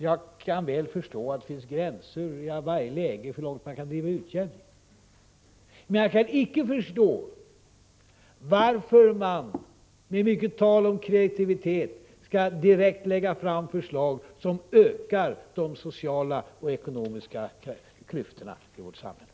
Jag kan väl förstå att det i varje läge finns gränser för hur långt man kan driva utjämningen, men jag kan icke förstå varför folkpartiet, samtidigt som man talar mycket om kreativitet, lägger fram förslag som ökar de sociala och ekonomiska klyftorna i vårt samhälle.